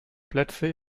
plätze